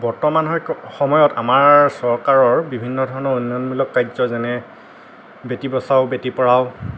বৰ্তমান সময়ত আমাৰ চৰকাৰৰ বিভিন্ন ধৰণৰ উন্নয়নমূলক কাৰ্য যেনে বেটী বচাও বেটী পঢ়াও